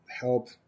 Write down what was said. help